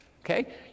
okay